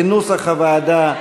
כנוסח הוועדה,